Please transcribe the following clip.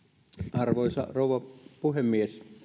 arvoisa rouva puhemies